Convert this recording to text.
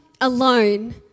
alone